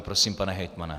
Prosím, pane hejtmane.